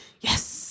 yes